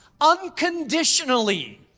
unconditionally